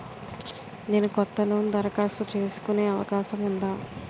నేను కొత్త లోన్ దరఖాస్తు చేసుకునే అవకాశం ఉందా?